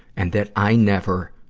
and that i never